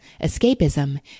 escapism